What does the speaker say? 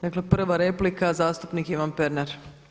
Dakle prvo replika zastupnik Ivan Pernar.